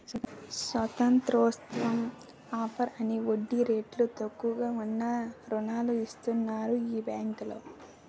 స్వతంత్రోత్సవం offer అని వడ్డీ రేట్లు తక్కువగా ఉన్న రుణాలు ఇస్తన్నారు ఈ బేంకులో